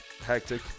hectic